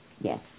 Yes